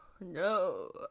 No